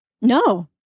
no